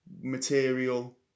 material